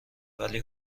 ولی